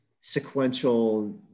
sequential